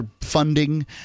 funding